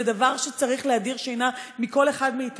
זה דבר שצריך להדיר שינה מעיני כל אחד מאתנו.